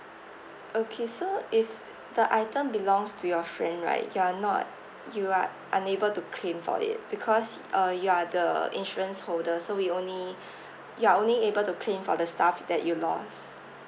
okay so if the item belongs to your friend right you are not you are unable to claim for it because uh you are the insurance holder so we only you are only able to claim for the stuff that you lost